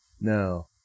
No